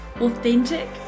authentic